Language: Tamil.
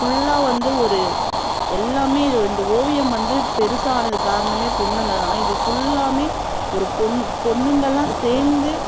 ஃபுல்லாக வந்து ஒரு எல்லாமே இது இந்த ஓவியம் வந்து பெருசானதுக்குக் காரணமே பொண்ணுங்கள் தான் இது ஃபுல்லாமே ஒரு பொண் பொண்ணுங்கெல்லாம் சேர்ந்து